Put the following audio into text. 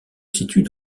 situent